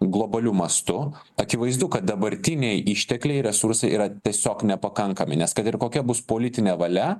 globaliu mastu akivaizdu kad dabartiniai ištekliai resursai yra tiesiog nepakankami nes kad ir kokia bus politinė valia